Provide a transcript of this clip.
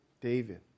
David